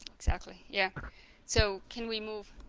exactly yeah so can we move.